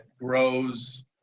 grows